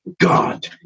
God